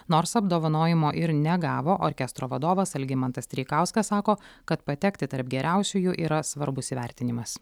nors apdovanojimo ir negavo orkestro vadovas algimantas treikauskas sako kad patekti tarp geriausiųjų yra svarbus įvertinimas